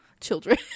children